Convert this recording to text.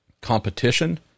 competition